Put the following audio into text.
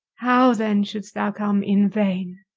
how then shouldst thou come in vain?